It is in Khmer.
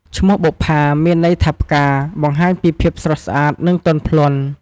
ឈ្មោះបុប្ផា មានន័យថាផ្កា បង្ហាញពីភាពស្រស់ស្អាតនិងទន់ភ្លន់។